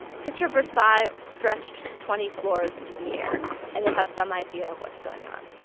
picture versailles stretched twenty floors into the air and you'll have some idea of what's going on.